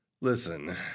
Listen